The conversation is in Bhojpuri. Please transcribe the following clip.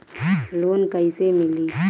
लोन कइसे मिली?